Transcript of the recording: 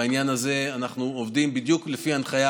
בעניין הזה אנחנו עובדים בדיוק לפי הנחיה